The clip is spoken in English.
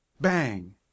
Bang